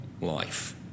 life